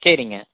சரிங்க